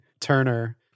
Turner